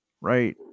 right